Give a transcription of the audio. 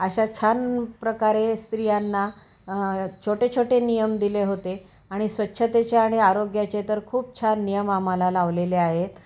अशा छान प्रकारे स्त्रियांना छोटे छोटे नियम दिले होते आणि स्वच्छतेचे आणि आरोग्याचे तर खूप छान नियम आम्हाला लावलेले आहेत